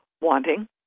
wanting